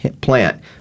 plant